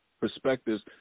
perspectives